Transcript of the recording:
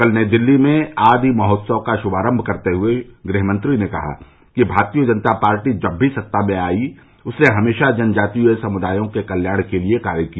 कल नई दिल्ली में आदि महोत्सव का शुभारंभ करते हुए गृहमंत्री ने कहा कि भारतीय जनता पार्टी जब भी सत्ता में आई उसने हमेशा जनजातीय समुदायों के कल्याण के लिए कार्य किया